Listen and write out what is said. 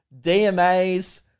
DMAs